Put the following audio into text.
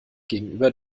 gegenüber